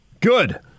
Good